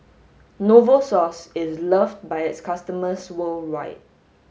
Novosource is loved by its customers worldwide